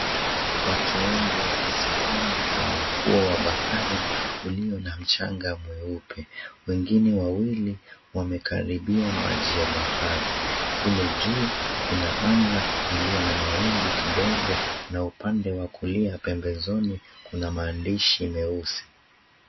Watu wengi wamesimama kwenye ufuo wa bahari ulio na mchanga mweupe. Wengine wawili wamekaribia maji ya bahari. Kule juu kuna anga iliyo na mawingu kidogo na upande wa kulia pembezoni kuna maandishi meusi.